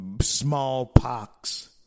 smallpox